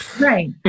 Right